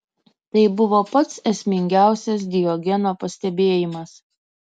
tai buvo pats esmingiausias diogeno pastebėjimas